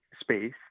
space